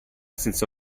senza